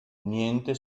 niente